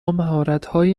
مهارتهای